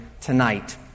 tonight